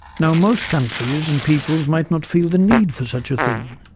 now, most countries and peoples might not feel the need for such a thing.